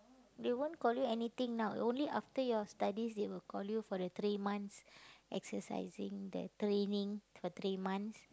they won't call you anything now only after your studies they will call you for the three months exercising the training for three months